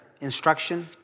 instruction